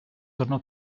tornò